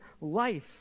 life